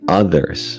others